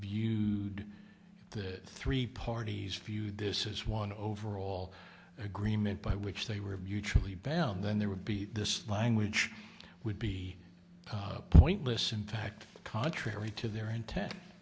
view the three parties feud this is one overall agreement by which they were mutually bellman then there would be this language would be pointless in fact contrary to their intent